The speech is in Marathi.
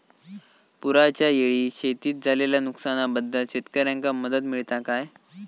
पुराच्यायेळी शेतीत झालेल्या नुकसनाबद्दल शेतकऱ्यांका मदत मिळता काय?